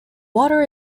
water